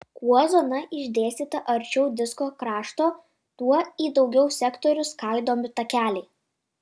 kuo zona išdėstyta arčiau disko krašto tuo į daugiau sektorių skaidomi takeliai